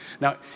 Now